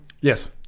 Yes